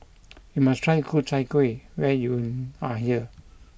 you must try Ku Chai Kuih when you are here